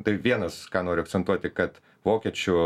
tai vienas ką noriu akcentuoti kad vokiečių